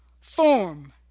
form